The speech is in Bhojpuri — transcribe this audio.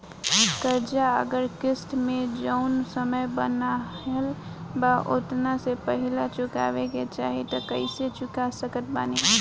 कर्जा अगर किश्त मे जऊन समय बनहाएल बा ओतना से पहिले चुकावे के चाहीं त कइसे चुका सकत बानी?